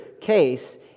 case